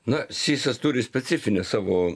na sysas turi specifinę savo